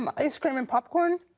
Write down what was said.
um ice cream and popcorn.